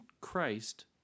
Christ